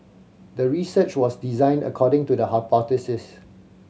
the research was designed according to the hypothesis